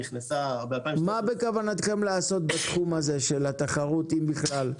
מה בכוונתכם לעשות בתחום הזה של התחרות, אם בכלל,